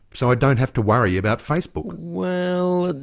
so i don't have to worry about facebook? well,